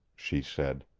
she said,